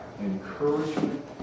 encouragement